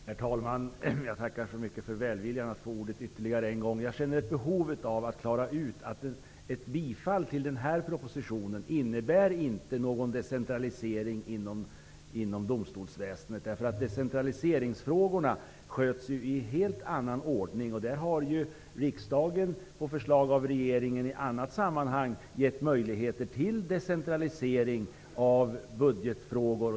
Herr talman! Jag tackar för att jag fått ordet än en gång. Jag känner behov av att klara ut att ett bifall till denna proposition inte innebär någon decentralisering inom domstolsväsendet. Decentraliseringsfrågorna sköts ju i helt annan ordning. Riksdagen har ju i annat sammanhang givit möjlighet till decentralisering av budgetfrågor.